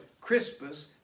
Crispus